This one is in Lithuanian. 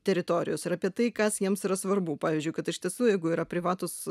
teritorijos ir apie tai kas jiems yra svarbu pavyzdžiui kad iš tiesų jeigu yra privatūs